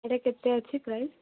ଏଇଟା କେତେ ଅଛି ପ୍ରାଇସ୍